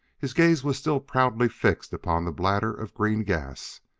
his gaze was still proudly fixed upon the bladder of green gas.